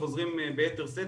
וחוזרים ביתר שאר,